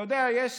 אתה יודע, יש